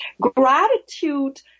gratitude